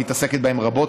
מתעסקת בהם רבות,